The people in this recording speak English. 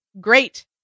great